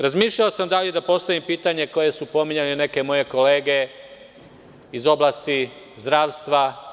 Razmišljao sam da li da postavim pitanje koje su pominjale neke moje kolege iz oblasti zdravstva.